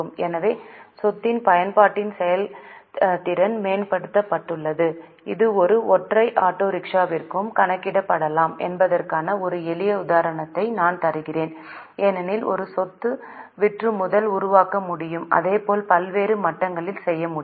எனவே சொத்தின் பயன்பாட்டின் செயல்திறன் மேம்பட்டுள்ளது இது ஒரு ஒற்றை ஆட்டோ ரிக்ஷாவிற்கும் கணக்கிடப்படலாம் என்பதற்கான ஒரு எளிய உதாரணத்தை நான் தருகிறேன் ஏனெனில் ஒரு சொத்து விற்றுமுதல் உருவாக்க முடியும் அதேபோல் பல்வேறு மட்டங்களில் செய்ய முடியும்